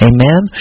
Amen